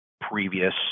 previous